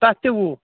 تَتھ تہِ وُہ